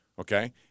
Okay